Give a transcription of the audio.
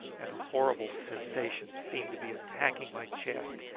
and a horrible sensation seemed to be attacking my chest,